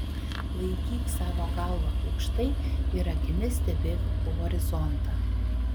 laikyk savo galvą aukštai ir akimis stebėk horizontą